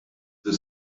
the